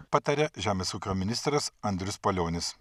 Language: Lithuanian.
pataria žemės ūkio ministras andrius palionis